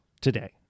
today